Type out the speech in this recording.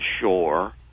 shore